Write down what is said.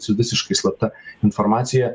su visiškai slapta informacija